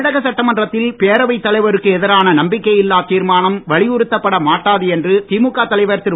தமிழக சட்டமன்றத்தில் பேரவைத் தலைவருக்கு எதிரான நம்பிக்கை இல்லா தீர்மானம் வலியுறுத்தப்பட மாட்டாது என்று திமுக தலைவர் திரு